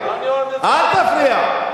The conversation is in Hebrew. אני, אל תפריע.